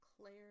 Claire